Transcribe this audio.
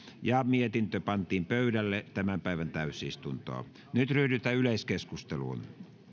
ja mietintö pantiin pöydälle tämän päivän täysistuntoon nyt ryhdytään yleiskeskusteluun